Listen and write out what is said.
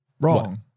Wrong